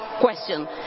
question